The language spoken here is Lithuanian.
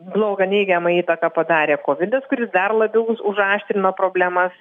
bloga neigiamą įtaką padarė kovidas kuris dar labiau užaštrino problemas